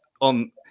on